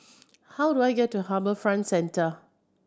how do I get to HarbourFront Centre